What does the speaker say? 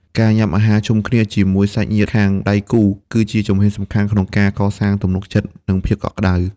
ការញ៉ាំអាហារជុំគ្នាជាមួយសាច់ញាតិខាងដៃគូ គឺជាជំហានសំខាន់ក្នុងការកសាងទំនុកចិត្ត និងភាពកក់ក្ដៅ។